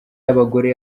y’abagore